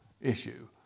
issue